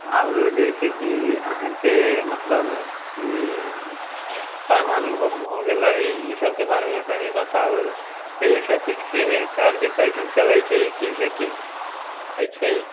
आओर जइसेकि अहाँके मतलब ई परमाणु बम हो गेलै ईसबके बारेमे तनी बताउ एहि सबचीजके हइ जे काज कइसे चलै छै जे से की होइ छै